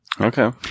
Okay